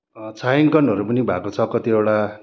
छायाङ्कन पनि भएको छ कतिवटा